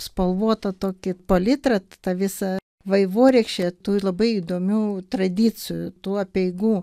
spalvotą tokį politrą tą visą vaivorykščią tų labai įdomių tradicijų tų apeigų